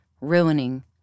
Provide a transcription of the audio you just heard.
ruining